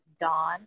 dawn